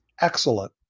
excellent